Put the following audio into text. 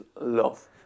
love